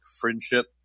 friendship